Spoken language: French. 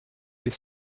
des